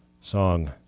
song